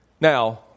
Now